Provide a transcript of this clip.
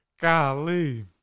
Golly